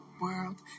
world